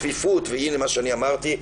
והנה מה שאני אמרתי,